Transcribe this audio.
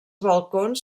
balcons